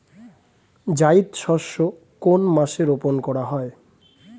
জায়িদ শস্য কোন মাসে রোপণ করা হয়?